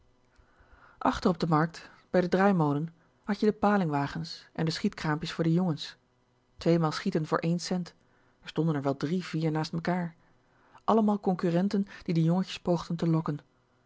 achter op de markt bij den draaimolen had je de palingwagens en de schietkraampjes voor de jongens tweemaal schieten voor één cent r stonden er wel drie vier naast mekaar allemaal concurrenten die de jongetjes poogden te lokken